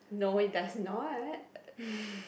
no it does not